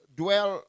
dwell